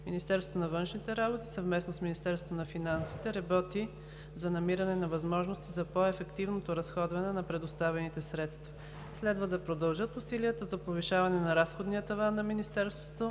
Министерството на външните работи съвместно с Министерството на финансите работи за намиране на възможности за по-ефективното разходване на предоставените средства. Следва да продължат усилията за повишаването на разходния таван на Министерството